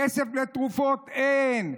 כסף לתרופות אין,